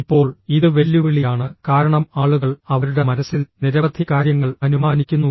ഇപ്പോൾ ഇത് വെല്ലുവിളിയാണ് കാരണം ആളുകൾ അവരുടെ മനസ്സിൽ നിരവധി കാര്യങ്ങൾ അനുമാനിക്കുന്നു